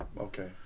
okay